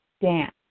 dance